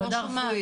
מה הם מחכים?